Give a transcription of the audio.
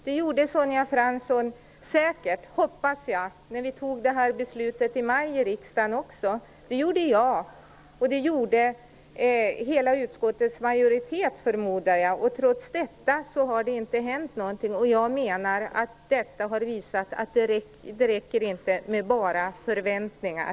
Det gjorde Sonja Fransson säkert, hoppas jag, också när vi tog beslutet i riksdagen i maj. Det gjorde jag, och det gjorde hela utskottsmajoriteten, förmodar jag. Trots detta har det inte hänt någonting. Jag menar att detta visar att det inte räcker med bara förväntningar.